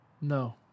No